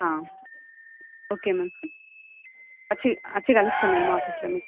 ఆ okay ma'am వచ్చి వచ్చి కలుస్తాం మ్యాడం ఆఫీస్ లో మీకు